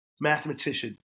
mathematician